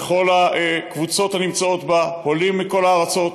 בכל הקבוצות הנמצאות בה, עולים מכל הארצות.